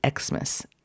xmas